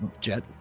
Jet